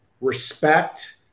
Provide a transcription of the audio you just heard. respect